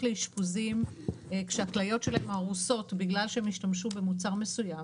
לאשפוזים כשהכליות שלהן הרוסות בגלל שהן השתמשו במוצר מסוים,